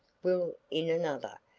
will in another,